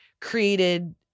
created